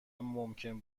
ممکن